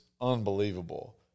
unbelievable